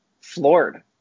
floored